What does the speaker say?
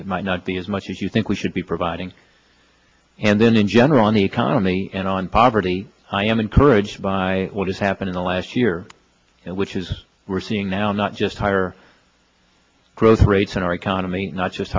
might not be as much as you think we should be providing and then in general on the economy and on poverty i am encouraged by what has happened in the last year which is we're seeing now not just higher growth rates in our economy not just